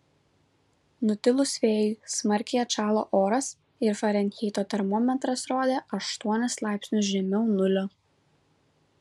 nutilus vėjui smarkiai atšalo oras ir farenheito termometras rodė aštuonis laipsnius žemiau nulio